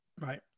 Right